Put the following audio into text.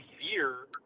fear